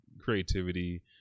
creativity